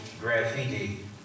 graffiti